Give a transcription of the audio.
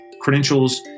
credentials